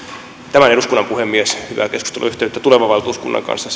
tämän eduskunnan puhemies sitten jatkaa hyvää keskusteluyhteyttä tulevan valtuuskunnan kanssa